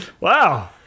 Wow